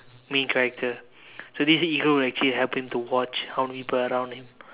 main character so this eagle would actually help him to watch how many people around him